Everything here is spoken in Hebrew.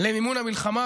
למימון המלחמה,